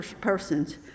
persons